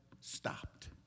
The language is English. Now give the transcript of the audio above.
stopped